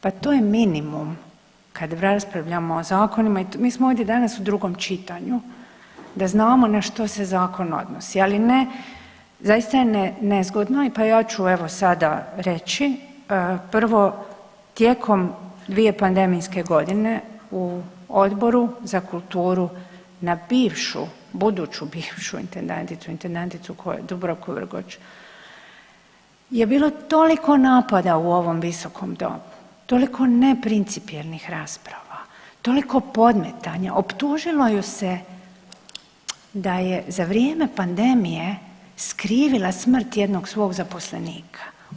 Pa to je minimum kad raspravljamo o zakonima i mi smo ovdje danas u drugom čitanju da znamo na što se zakon odnosi, ali ne zaista je nezgodno pa evo ja ću sada reći, prvo, tijekom dvije pandemijske godine u Odboru za kulturu na bivšu, buduću bivšu intendanticu, intendanticu na koju Dubravku Vrgoč je bilo toliko napada u ovom visokom domu, toliko neprincipijelnih rasprava, toliko podmetanja, optužilo ju se da je za vrijeme pandemije skrivila smrt jednog svog zaposlenika.